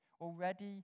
Already